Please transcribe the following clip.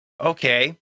okay